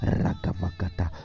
ragavagata